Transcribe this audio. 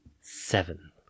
Seven